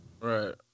Right